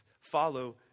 Follow